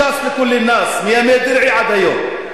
ש"ס לכול א-נאס מימי דרעי עד היום,